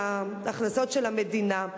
הכנסות המדינה.